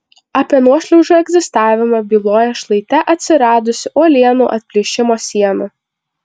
apie nuošliaužų egzistavimą byloja šlaite atsiradusi uolienų atplyšimo siena